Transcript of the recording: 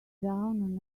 down